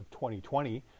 2020